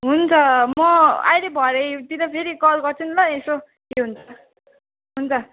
हुन्छ म अहिले भरैतिर फेरि कल गर्छु नि ल यसो के हुन्छ हुन्छ